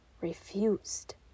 refused